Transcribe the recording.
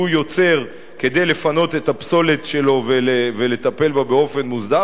יוצר כדי לפנות את הפסולת שלו ולטפל בה באופן מוסדר,